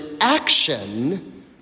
action